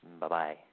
Bye-bye